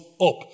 up